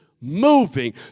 moving